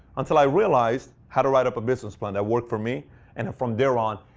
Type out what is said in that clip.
until i realized how to write up a business plan that worked for me and from there on,